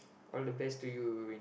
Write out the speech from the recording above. all the best to you in